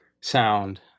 sound